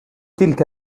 تلك